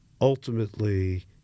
Ultimately